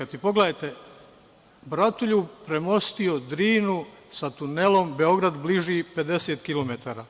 Pogledajte, pogledajte Bratoljub premostio Drinu sa tunelom, Beograd bliži 50 km.